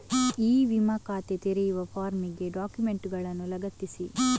E ವಿಮಾ ಖಾತೆ ತೆರೆಯುವ ಫಾರ್ಮಿಗೆ ಡಾಕ್ಯುಮೆಂಟುಗಳನ್ನು ಲಗತ್ತಿಸಿ